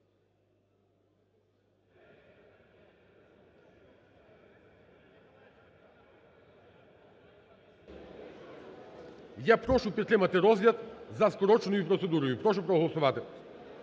Я прошу підтримати розгляд за скороченою процедурою. Прошу проголосувати.